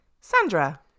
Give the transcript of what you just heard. Sandra